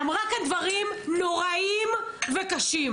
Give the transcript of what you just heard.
אמרה כאן דברים נוראים וקשים.